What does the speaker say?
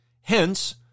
Hence